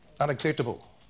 Unacceptable